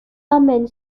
amène